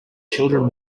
children